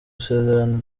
isezerano